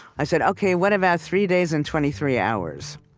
i said, okay, what about three days and twenty three hours?